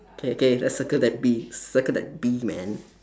K K let's circle that bee circle that bee man